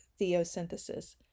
Theosynthesis